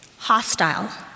Hostile